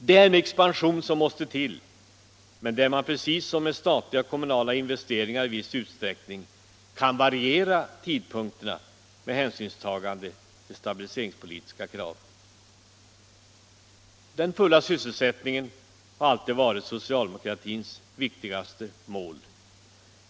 Det är en expansion som måste till, men där man precis som med statliga och kommunala investeringar i viss utsträckning kan varier tidpunkterna med hänsynstagande till stabiliseringspolitiska krav. Den fulla sysselsättningen har alltid varit socialdemokratins viktigaste mål.